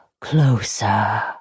closer